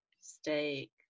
steak